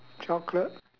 chocolate